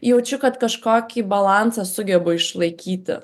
jaučiu kad kažkokį balansą sugebu išlaikyti